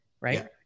right